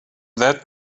that